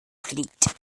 fleet